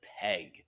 PEG